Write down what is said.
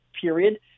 period